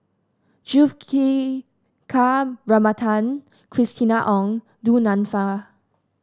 Juthika Ramanathan Christina Ong Du Nanfa